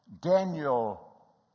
Daniel